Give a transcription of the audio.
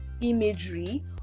imagery